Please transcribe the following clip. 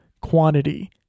quantity